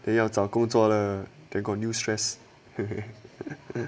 then 要找工作了 then got new stress